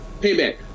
Payback